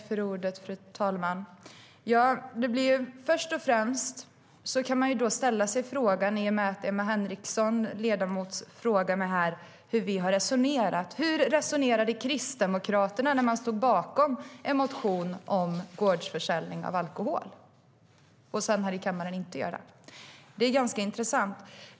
Fru talman! Ledamoten Emma Henriksson frågar mig hur vi har resonerat. Hur resonerade Kristdemokraterna när man stod bakom en motion om gårdsförsäljning av alkohol men inte stöder detta i kammaren? Det är ganska intressant.